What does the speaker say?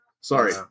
Sorry